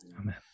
Amen